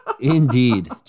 Indeed